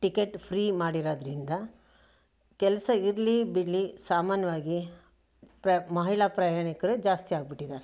ticket free ಮಾಡಿರೋದ್ರಿಂದ ಕೆಲಸ ಇರಲಿ ಬಿಡ್ಲಿ ಸಾಮಾನ್ಯವಾಗಿ ಪ್ರ ಮಹಿಳಾ ಪ್ರಯಾಣಿಕರೇ ಜಾಸ್ತಿ ಆಗ್ಬಿಟ್ಟಿದ್ದಾರೆ